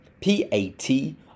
P-A-T